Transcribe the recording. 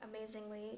amazingly